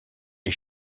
est